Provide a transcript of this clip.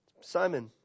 simon